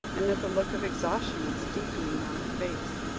and that the look of exhaustion was deepening on her face.